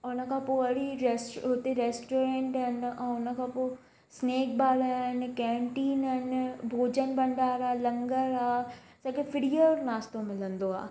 ऐं उनखां पोइ वरी रेस्टो उते रेस्टोरेंट आहिनि उनखां पोइ स्नेक बार आहिनि केंटीन आहिनि भोजन भंडार आहे लंगर आहे असांखे फिरीअ जो नास्तो मिलंदो आहे